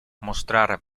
mostrar